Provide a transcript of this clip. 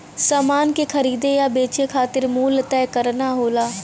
समान के खरीदे या बेचे खातिर मूल्य तय करना होला